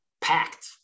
packed